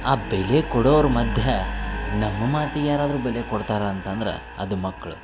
ಆ ಬೆಲೆ ಕೊಡೋವ್ರ ಮಧ್ಯೆ ನಮ್ಮ ಮಾತಿಗೆ ಯಾರಾದರೂ ಬೆಲೆ ಕೊಡ್ತಾರೆ ಅಂತಂದ್ರೆ ಅದು ಮಕ್ಳು